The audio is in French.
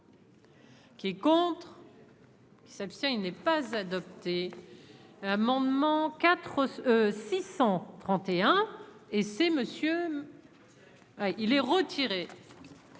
qui. Qui compte. Qui s'abstient, il n'est pas adopté l'amendement 4 631 et c'est monsieur ah il est retiré.